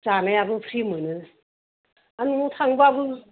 जानायाबो फ्रि मोनो हा न'आव थांबाबो